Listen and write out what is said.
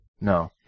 No